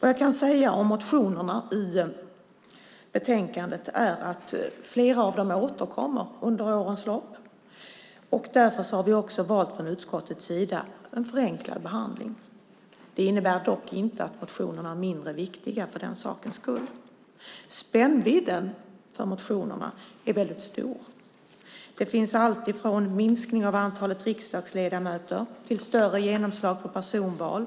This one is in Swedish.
Jag kan om motionerna i betänkandet säga att flera av dem återkommer under årens lopp. Därför har vi också från utskottets sida valt en förenklad behandling. Det innebär dock inte att motionerna är mindre viktiga för den sakens skull. Spännvidden när det gäller motionerna är väldigt stor. De handlar om allt från minskning av antalet riksdagsledamöter till större genomslag för personval.